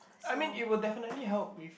I mean it will definitely help if